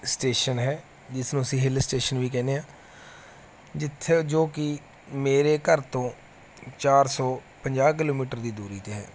station ਹੈ ਜਿਸਨੂੰ ਅਸੀਂ ਹਿੱਲ ਸਟੇਸ਼ਨ ਵੀ ਕਹਿੰਦੇ ਹਾਂ ਜਿੱਥੇ ਜੋ ਕਿ ਮੇਰੇ ਘਰ ਤੋਂ ਚਾਰ ਸੌ ਪੰਜਾਹ ਕਿਲੋਮੀਟਰ ਦੀ ਦੂਰੀ 'ਤੇ ਹੈ